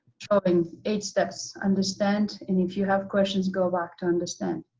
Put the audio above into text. drawing, eight steps. understand. and if you have questions, go back to understand.